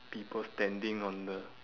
people standing on the